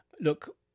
look